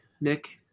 Nick